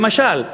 למשל: